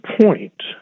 point